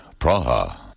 Praha